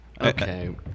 Okay